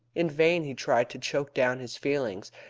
in vain he tried to choke down his feelings,